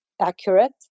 accurate